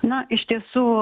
na iš tiesų